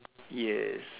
yes